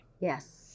Yes